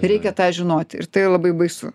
reikia tą žinot ir tai yra labai baisu